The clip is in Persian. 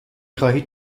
خواهید